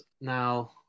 now